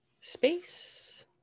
space